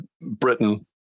Britain